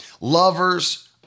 Lovers